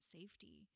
safety